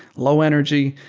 low energy,